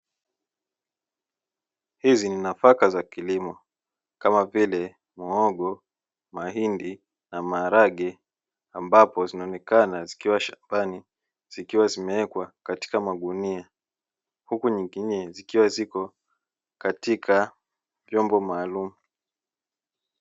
Hizi ni nafaka za kilimo kama vile; muhogo, mahindi na maharage ambapo zinaonekana zikiwa shambani zikiwa zimewekwa katika magunia, huku zingine zikiwa zimewekwa katika vyombo maalumu.